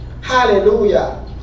Hallelujah